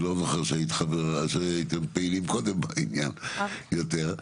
אני לא זוכר שהייתם פעילים קודם בעניין, יותר.